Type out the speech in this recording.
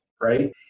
right